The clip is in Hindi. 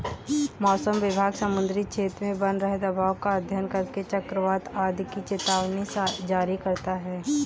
मौसम विभाग समुद्री क्षेत्र में बन रहे दबाव का अध्ययन करके चक्रवात आदि की चेतावनी जारी करता है